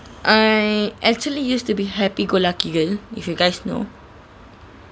I actually used to be happy go lucky girl if you guys you know